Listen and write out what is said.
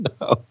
No